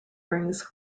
brings